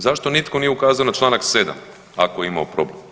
Zašto nitko nije ukazao na čl. 7 ako je imao problem?